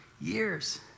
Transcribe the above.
years